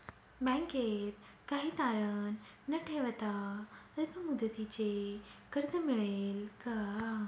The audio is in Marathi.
बँकेत काही तारण न ठेवता अल्प मुदतीचे कर्ज मिळेल का?